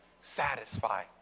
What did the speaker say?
satisfy